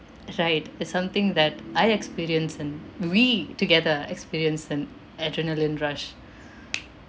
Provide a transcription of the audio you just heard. right it's something that I experienced and we together experienced an adrenaline rush